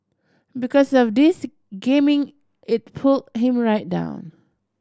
because of this gaming it pulled him right down